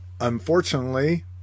Unfortunately